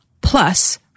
plus